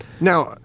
Now